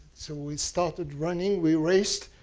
so we started running. we raced,